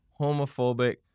homophobic